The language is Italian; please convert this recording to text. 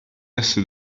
est